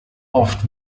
oft